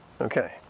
Okay